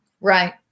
Right